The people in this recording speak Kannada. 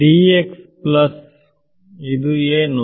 ಏನು